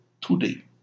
today